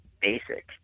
basic